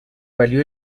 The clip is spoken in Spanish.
valió